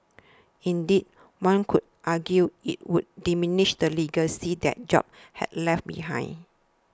indeed one could argue it would diminish the legacy that Jobs has left behind